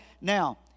now